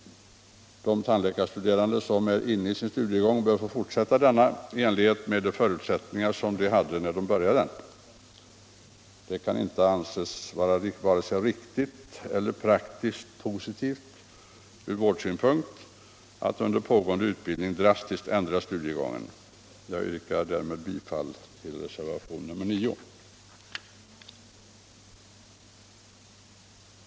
De tandläkarstuderande som är inne i sin studiegång bör få fortsätta denna efter de förutsättningar som gällde när de började sin utbildning. Det kan inte anses vare sig riktigt eller positivt ur vårdsynpunkt att under pågående utbildning drastiskt ändra studiegången. Jag yrkar därmed bifall till reservationen 9.